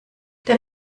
der